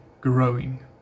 growing